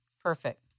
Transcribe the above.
Perfect